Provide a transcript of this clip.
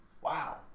Wow